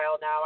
now